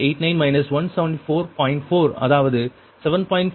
4 அதாவது 7